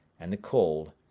and the cold,